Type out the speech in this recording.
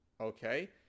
okay